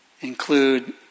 include